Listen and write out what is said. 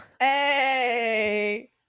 Hey